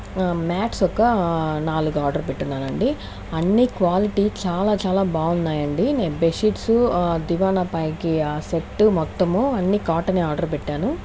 mats ఒక నాలుగు order పెట్టినానండి అన్ని క్వాలిటీ చాలా చాలా బాగున్నాయండి నేను బెడ్ షీట్స్ దివానా పైకి ఆ సెట్టు మొత్తము అన్ని కాటన్ ఏ ఆర్డర్ పెట్టాను